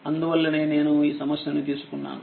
అందువల్లనే నేను ఈ సమస్యను తీసుకున్నాను